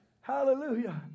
Hallelujah